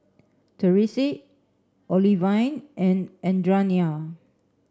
Therese Olivine and Adrianna